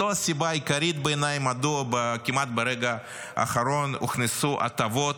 זאת הסיבה העיקרית בעיניי למדוע כמעט ברגע האחרון הוכנסו הטבות,